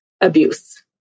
abuse